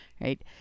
right